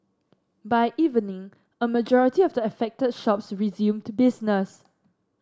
by evening a majority of the affected shops resumed to business